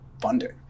funding